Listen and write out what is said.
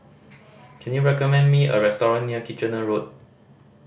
can you recommend me a restaurant near Kitchener Road